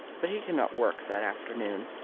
but he could not work that afternoon.